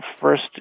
first